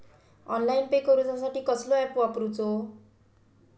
Online pay करूचा साठी कसलो ऍप वापरूचो?